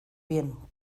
bien